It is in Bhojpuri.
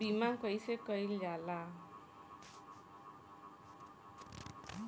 बीमा कइसे कइल जाला?